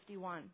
51